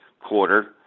quarter